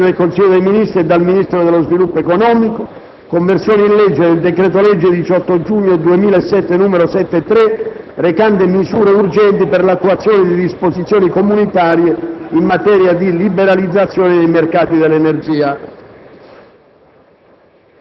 *dal* *Presidente del Consiglio dei ministri e dal Ministro dello sviluppo economico:* «Conversione in legge del decreto-legge 18 giugno 2007, n. 73, recante misure urgenti per l'attuazione di disposizioni comunitarie in materia di liberalizzazione dei mercati dell'energia»